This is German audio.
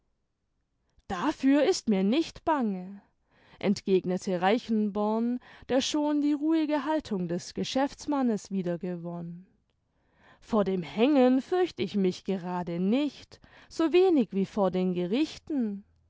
dafür ist mir nicht bange entgegnete reichenborn der schon die ruhige haltung des geschäftsmannes wiedergewonnen vor dem hängen fürcht ich mich gerade nicht so wenig wie vor den gerichten